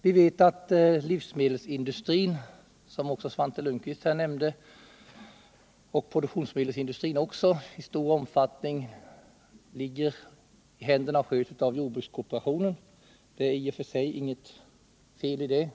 Som också Svante Lundkvist nämnde ligger livsmedelsindustrin och även produktionsmedelsindustrin i stor utsträckning i händerna på jordbrukskooperationen. Det är inte i och för sig något fel på det.